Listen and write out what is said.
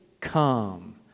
come